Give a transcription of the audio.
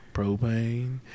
Propane